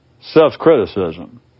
self-criticism